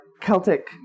Celtic